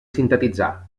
sintetitzar